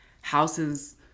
houses